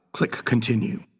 click continue.